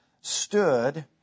stood